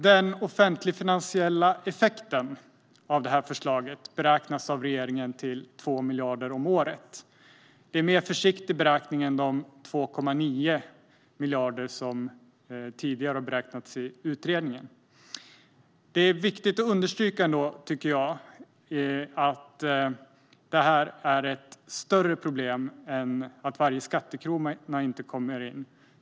Den offentligfinansiella effekten av förslaget beräknas av regeringen till 2 miljarder om året. Det är en mer försiktig beräkning än de 2,9 miljarder som tidigare beräknats i utredningen. Jag tycker att det är viktigt att understryka att detta är ett större problem än att varje skattekrona inte kommer in.